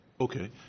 Okay